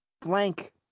blank